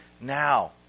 now